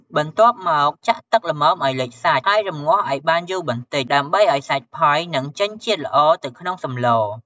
បន្ទាប់មកចាក់ទឹកល្មមឱ្យលិចសាច់ ហើយរម្ងាស់ឱ្យបានយូរបន្តិច ដើម្បីឱ្យសាច់ផុយ និងចេញជាតិល្អទៅក្នុងសម្ល។